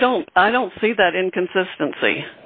i don't i don't see that inconsistency